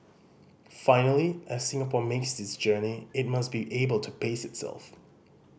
finally as Singapore makes this journey it must be able to pace itself